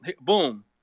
boom